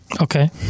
Okay